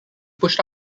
pushed